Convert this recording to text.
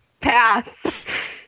Pass